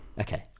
Okay